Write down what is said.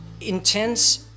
intense